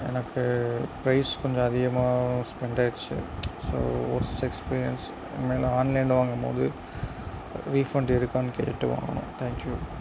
எனக்கு ப்ரைஸ் கொஞ்சம் அதிகமாக ஸ்பென்டாயிடுச்சு ஸோ ஒர்ஸ்ட் எக்ஸ்பீரியன்ஸ் இனிமேல் நான் ஆன்லைனில் வாங்கும்போது ரீஃபன்ட் இருக்கான்னு கேட்டு வாங்கணும் தேங்க் யூ